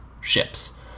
ships